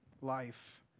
life